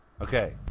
Okay